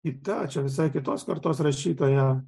į tą čia visai kitos kartos rašytoja